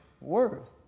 worth